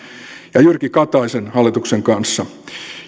ja jyrki kataisen hallituksen kanssa